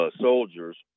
soldiers